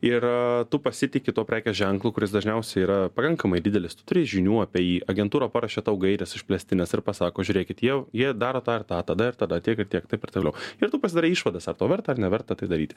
ir tu pasitiki tuo prekės ženklu kuris dažniausiai yra pakankamai didelis tu turi žinių apie jį agentūra paruošė tau gaires išplėstines ir pasako žiūrėkit jau jie daro tą ir tą tada ir tada tiek ir tiek taip ir toliau ir tu pasidarai išvadas ar tau verta ar neverta tai daryti